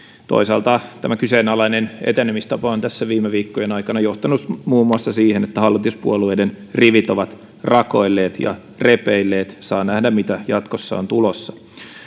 toisaalta tämä kyseenalainen etenemistapa on tässä viime viikkojen aikana johtanut muun muassa siihen että hallituspuolueiden rivit ovat rakoilleet ja repeilleet saa nähdä mitä jatkossa on tulossa